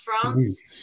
France